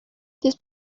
this